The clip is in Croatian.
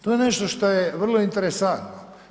To je nešto što je vrlo interesantno.